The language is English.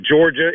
Georgia